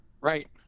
Right